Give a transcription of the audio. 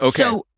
Okay